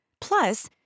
Plus